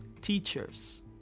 teachers